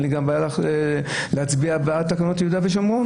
אין לי גם בעיה להצביע בעד תקנות יהודה ושומרון.